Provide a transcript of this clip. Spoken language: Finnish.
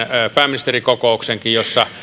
pääministerikokouksenkin jossa